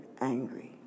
angry